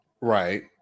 Right